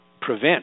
prevent